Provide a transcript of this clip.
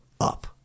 up